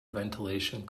ventilation